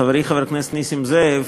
חברי חבר הכנסת נסים זאב,